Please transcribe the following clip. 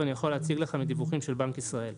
ואני יכול להציג לך מדיווחים של בנק ישראל.